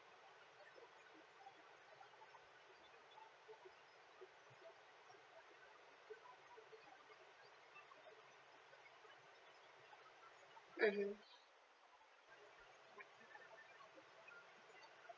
mmhmm